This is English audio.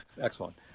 excellent